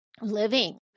living